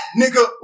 nigga